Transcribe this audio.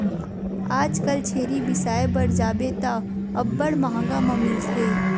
आजकल छेरी बिसाय बर जाबे त अब्बड़ मंहगा म मिलथे